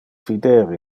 fider